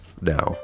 now